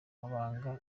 mabanga